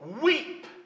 weep